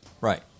Right